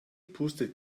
pustet